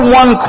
one